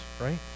right